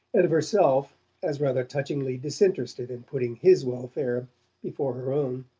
and of herself as rather touchingly disinterested in putting his welfare before her own.